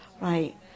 right